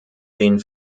den